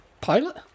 pilot